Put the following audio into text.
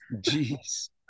Jeez